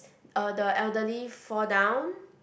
uh the elderly fall down